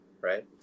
right